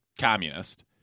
communist